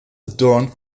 adorned